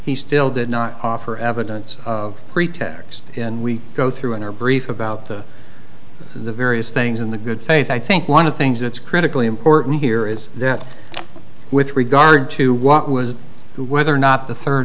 he still did not offer evidence of pretext and we go through in our brief about the various things in the good faith i think one of things that's critically important here is that with regard to what was who whether or not the third